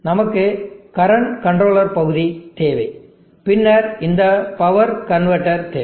நமக்கு current controller பகுதி தேவை பின்னர் இந்த பவர் கன்வெர்ட்டர் தேவை